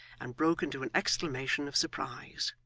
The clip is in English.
and broke into an exclamation of surprise.